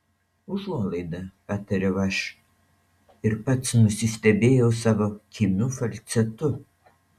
užuolaida patariau aš ir pats nusistebėjau savo kimiu falcetu